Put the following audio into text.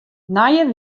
nije